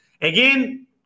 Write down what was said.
again